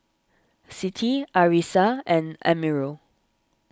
Siti Arissa and Amirul